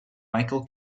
michael